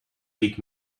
pick